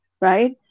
Right